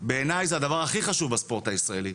בעיניי זה הדבר הכי חשוב בספורט הישראלי,